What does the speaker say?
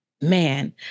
man